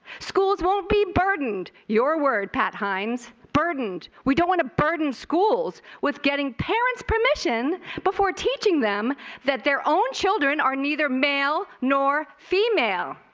schools won't be burdened your word pat hynes, burdened. we don't want to burden schools with getting parent's permission before teaching them that their own children are neither male nor female.